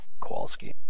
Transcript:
Kowalski